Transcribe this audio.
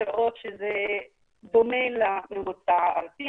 זה דומה לממוצע הארצי.